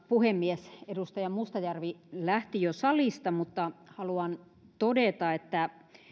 puhemies edustaja mustajärvi lähti jo salista mutta haluan todeta että